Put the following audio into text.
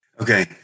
Okay